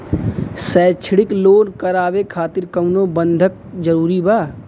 शैक्षणिक लोन करावे खातिर कउनो बंधक जरूरी बा?